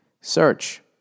Search